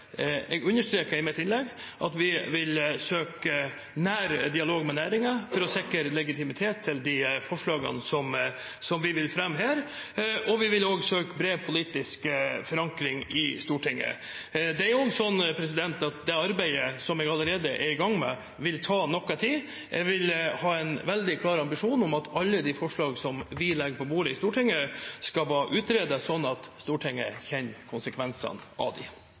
Jeg understreket i mitt innlegg at vi vil søke dialog med næringen for å sikre legitimitet til de forslagene som vi vil fremme her, og vi vil også søke bred politisk forankring i Stortinget. Det er også slik at det arbeidet som jeg allerede er i gang med, vil ta noe tid. Jeg vil ha en veldig klar ambisjon om at alle de forslagene som vi legger på bordet i Stortinget, skal være utredet, slik at Stortinget kjenner konsekvensene av